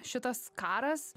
šitas karas